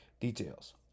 details